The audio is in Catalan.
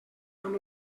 amb